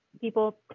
people